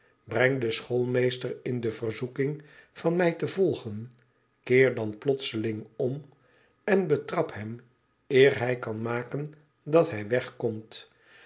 breng den schoolmeester in de verzoeking van mij te volgen keer dan plotseling om en betrap hem eer hij kan maken dat hij